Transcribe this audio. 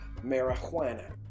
marijuana